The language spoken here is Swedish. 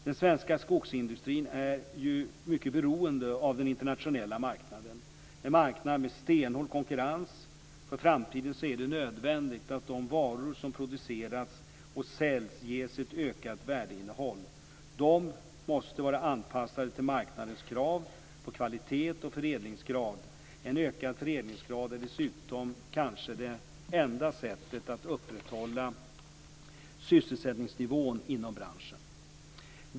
Den svenska skogsindustrin är ju mycket beroende av den internationella marknaden, en marknad med stenhård konkurrens. För framtiden är det nödvändigt att de varor som produceras och säljs ges ett ökat värdeinnehåll. De måste vara anpassade till marknadens krav på kvalitet och förädlingsgrad. En ökad förädlingsgrad är dessutom kanske det enda sättet att upprätthålla sysselsättningsnivån inom branschen.